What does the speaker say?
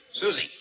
Susie